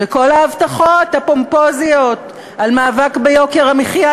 וכל ההבטחות הפומפוזיות על מאבק ביוקר המחיה,